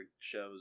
shows